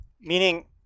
Meaning